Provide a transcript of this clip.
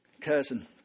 cousin